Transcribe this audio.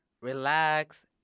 relax